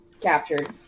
captured